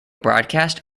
broadcast